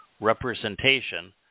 representation